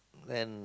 and